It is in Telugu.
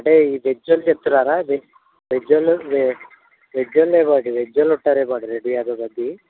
అంటే ఇది వెజ్ వాళ్ళకి ఇస్తున్నారా వెజ్ వెజ్ వాళ్ళు వే వెజ్ వాళ్ళు ఏమో వెజ్ వాళ్ళు ఉంటారేమో అండి రెండు యాభై మంది